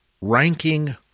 Ranking